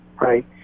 right